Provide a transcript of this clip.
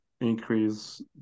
increase